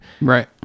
right